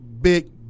big